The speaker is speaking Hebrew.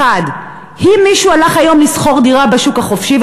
1. אם מישהו הלך היום לשכור דירה בשוק החופשי,